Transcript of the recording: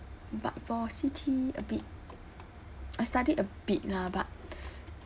but for C_T a bit I study a bit lah but